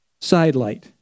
sidelight